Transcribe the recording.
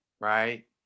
Right